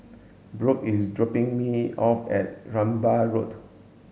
Brook is dropping me off at Rambai Road